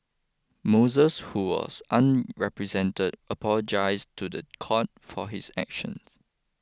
Moses who was unrepresented apologised to the court for his actions